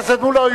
חבר הכנסת מולה,